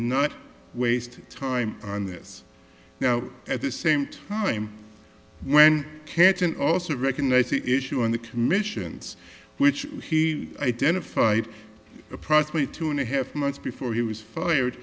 not waste time on this now at the same time when canton also recognized the issue on the commissions which he identified approximate two and a half months before he was fired